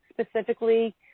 specifically